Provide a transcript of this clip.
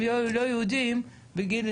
לא יודעת, יכול להיות שהדואר בישראל, לא,